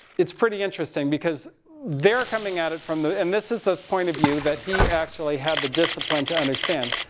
it's pretty interesting because they're coming at it from the, and this is the point of view that he actually had the discipline to understand.